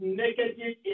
negative